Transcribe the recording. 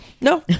no